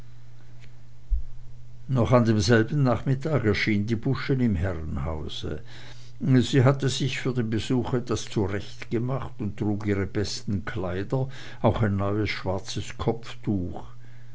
noch an demselben nachmittag erschien die buschen im herrenhause sie hatte sich für den besuch etwas zurechtgemacht und trug ihre besten kleider auch ein neues schwarzes kopftuch